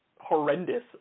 horrendous